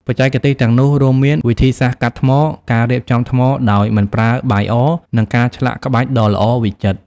បច្ចេកទេសទាំងនោះរួមមាន វិធីសាស្រ្តកាត់ថ្ម ការរៀបថ្មដោយមិនប្រើបាយអ និងការឆ្លាក់ក្បាច់ដ៏ល្អវិចិត្រ។